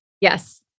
Yes